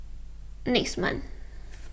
next month